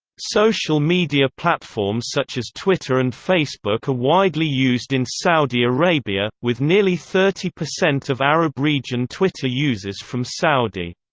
social media platforms such as twitter and facebook are widely used in saudi arabia, with nearly thirty percent of arab region twitter users from saudi.